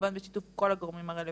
כמובן בשיתוף עם כל הגורמים הרלוונטיים.